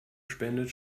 spendet